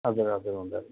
हजुर हजुर हुँदैन